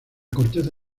corteza